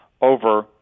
over